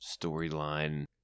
Storyline